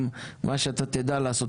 גם מה שאתה תדע לעשות,